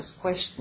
question